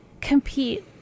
compete